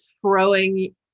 throwing